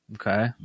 Okay